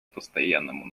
постоянному